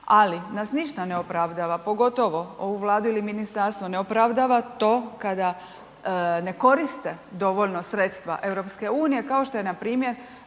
ali nas ništa ne opravdava, pogotovo ovu Vladu ili ministarstvo ne opravdava to kada ne koriste dovoljno sredstva EU, kao što je npr. sa,